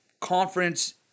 conference